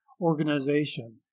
organization